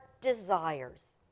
desires